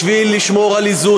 בשביל לשמור על איזון.